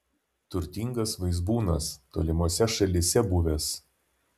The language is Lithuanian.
turtingas vaizbūnas tolimose šalyse buvęs